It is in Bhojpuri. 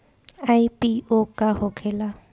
आई.पी.ओ का होखेला?